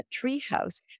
Treehouse